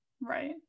Right